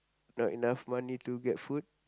not enough money to get food